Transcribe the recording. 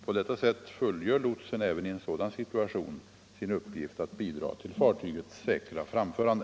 På detta sätt fullgör lotsen — även i en sådan situation — sin uppgift att bidra till fartygets säkra framförande.